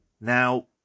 Now